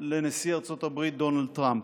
לנשיא ארצות הברית דונלד טראמפ,